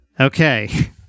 okay